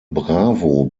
bravo